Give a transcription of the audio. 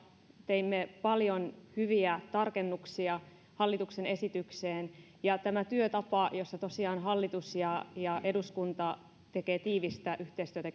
teimme paljon hyviä tarkennuksia hallituksen esitykseen ja tämä työtapa jossa tosiaan hallitus ja ja eduskunta tekevät tiivistä yhteistyötä